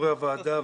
לחברי הוועדה.